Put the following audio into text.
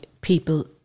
people